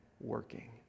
working